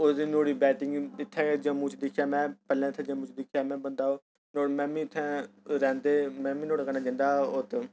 उस दिन नुआढ़ी बैटिंग इत्थै गै जम्मू च दिक्खेआ में पैह्ले इत्थै जम्मू च दिखेआ में बंदा ओह् और में मीं इत्थै रैंह्दे में मीं नुआढ़ै कन्नै जंदा हा उत्त